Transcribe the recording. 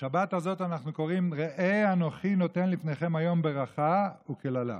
ובשבת הזאת אנחנו קוראים: "ראה אנכי נתן לפניכם היום ברכה וקללה.